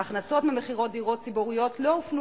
ההכנסות ממכירות דירות ציבוריות לא הופנו